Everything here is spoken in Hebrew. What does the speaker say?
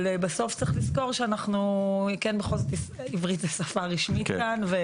אבל בסוף צריך לזכור שבכל זאת עברית זאת שפה רשמית כאן.